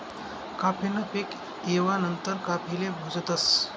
काफी न पीक येवा नंतर काफीले भुजतस